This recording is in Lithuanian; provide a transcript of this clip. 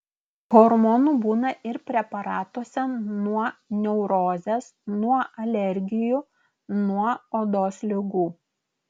hormonų būna ir preparatuose nuo neurozės nuo alergijų nuo odos ligų